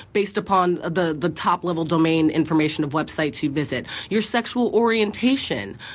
based upon the the top-level domain information of websites you visit, your sexual orientation,